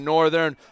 Northern